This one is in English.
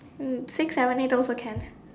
um six seven eight also can